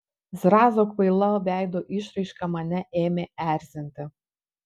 zrazo kvaila veido išraiška mane ėmė erzinti